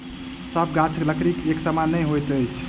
सभ गाछक लकड़ी एक समान नै होइत अछि